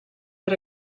per